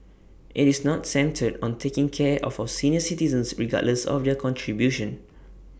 IT is not centred on taking care of our senior citizens regardless of their contribution